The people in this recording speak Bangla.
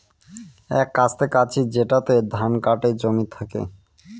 এক কাস্তে কাঁচি যেটাতে ধান কাটে জমি থেকে